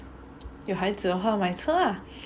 有孩子了后买车 lah